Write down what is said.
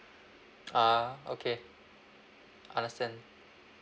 ah okay understand